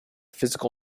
physical